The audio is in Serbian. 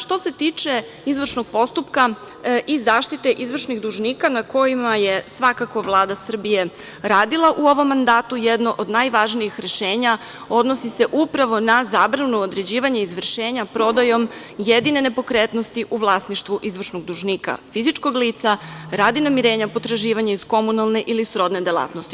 Što se tiče izvršnog postupka i zaštite izvršnih dužnika na kojima je svakako Vlada Srbije radila u ovom mandatu, jedno od najvažnijih rešenja odnosi se upravo na zabranu određivanja izvršenja prodajom jedine nepokretnosti u vlasništvu izvršnog dužnika, fizičkog lica, radi namirenja potraživanja iz komunalne ili srodne delatnosti.